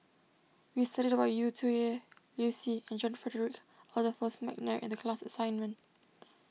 we studied about Yu Zhuye Liu Si and John Frederick Adolphus McNair in the class assignment